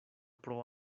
pro